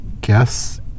guess